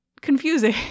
confusing